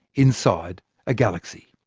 inside a galaxy.